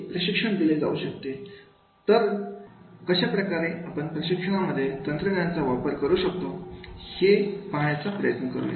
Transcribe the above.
ते तर कशाप्रकारे आपण प्रशिक्षणामध्ये तंत्रज्ञानाचा वापर कसा केला जाऊ शकतो हे पाहण्याचा प्रयत्न करूया